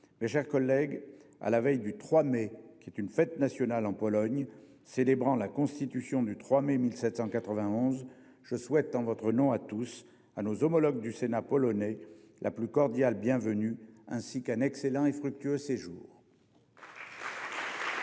Mes chers collègues, à la veille du 3 mai, qui est une fête nationale en Pologne, célébrant la Constitution du 3 mai 1791, je souhaite, en votre nom à tous, à nos homologues du Sénat polonais, la plus cordiale bienvenue ainsi qu'un excellent et fructueux séjour.